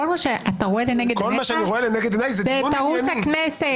כל מה שאתה רואה לנגד עיניך זה את ערוץ הכנסת.